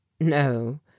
No